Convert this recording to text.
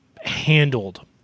handled